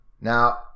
Now